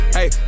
Hey